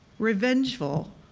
revengeful,